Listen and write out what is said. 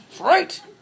right